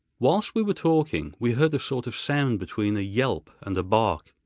whilst we were talking, we heard a sort of sound between a yelp and a bark.